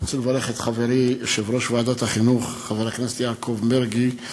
אני רוצה לברך את חברי יושב-ראש ועדת החינוך חבר הכנסת יעקב מרגי,